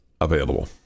available